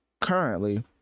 currently